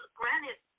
granite